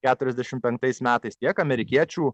keturiasdešim penktais metais tiek amerikiečių